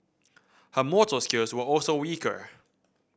her motor skills were also weaker